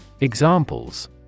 Examples